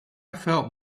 felt